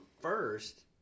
first